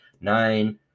nine